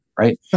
right